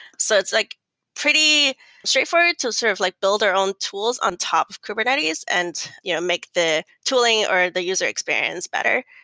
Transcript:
so it's like pretty straightforward to sort of like build our own tools on top of kubernetes and you know make the tooling or the user experience better.